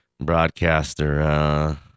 broadcaster